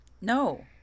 no